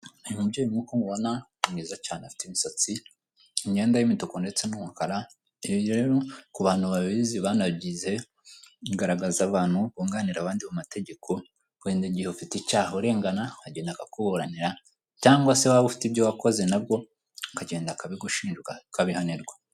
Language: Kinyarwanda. Uyu mubyeyi nk'uko umubona ni mwiza cyane, afite imisatsi, imyenda y'imituku ndetse n'umukara, ibyo rero ku bantu babizi banabyize, bigaragaza abantu bunganira abandi mu mategeko, wenda igihe ufite icyaha urengana, wagenda akakuburanira, cyangwa se waba ufite ibyo wakoze nabwo, ukagenda akabigushinja ukabihanirwa.